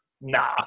nah